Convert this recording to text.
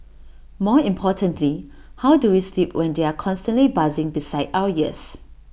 more importantly how do we sleep when they are constantly buzzing beside our ears